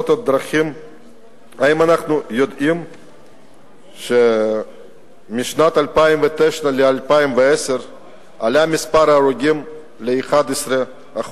האם אנחנו יודעים שמשנת 2009 עד שנת 2010 עלה מספר ההרוגים ב-11%?